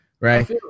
right